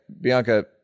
Bianca